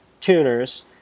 tuners